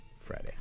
Friday